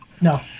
No